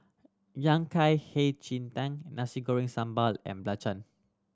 Yang Kai Hei Ji Tang Nasi Goreng Sambal and Belacan